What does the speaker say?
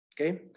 Okay